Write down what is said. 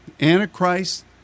Antichrist